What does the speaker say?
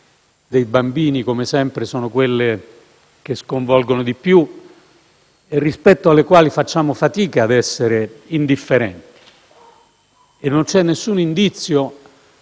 dei bambini, come sempre, sono quelle che sconvolgono di più e rispetto alla quali facciamo fatica a essere indifferenti. E non c'è nessun indizio